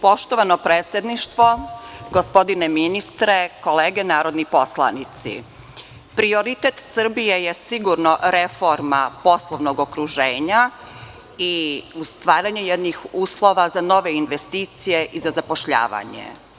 Poštovano predsedništvo, gospodine ministre, kolege narodni poslanici, prioritet Srbije je sigurno reforma poslovnog okruženja i stvaranje jednih uslova za nove investicije i za zapošljavanje.